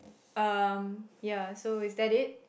um ya so is that it